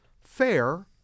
fair